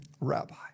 Rabbi